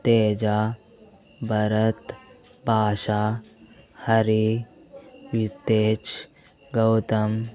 Teja Bharat Basha Hari Tej Gautam